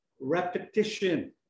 repetition